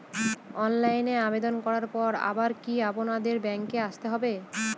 অনলাইনে আবেদন করার পরে আবার কি আপনাদের ব্যাঙ্কে আসতে হবে?